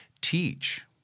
teach